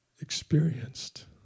experienced